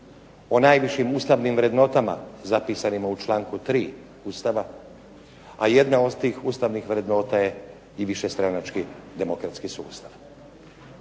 o najvećim ustavnim vrednotama zapisanima u članku 3. Ustava, a jedna od tih ustavnih vrednota je i višestranački demokratski sustav.